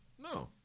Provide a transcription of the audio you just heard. No